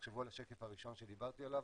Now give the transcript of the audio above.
ותחשבו על השקף הראשון שדיברתי עליו,